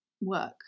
work